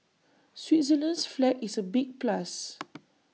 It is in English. Switzerland's flag is A big plus